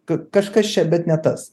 kad kažkas čia bet ne tas